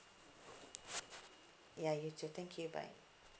ya you too thank you bye